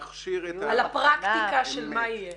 על הפרקטיקה של מה יהיה.